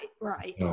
right